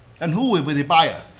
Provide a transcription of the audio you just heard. and who will be the buyer?